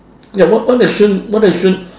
ya what what action what action